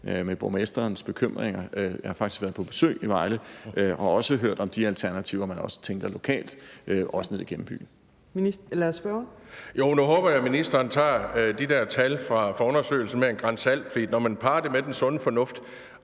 med borgmesterens bekymringer. Jeg har faktisk været på besøg i Vejle og har også hørt om de alternativer, som man også tænker der er lokalt, også ned igennem byen.